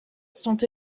sont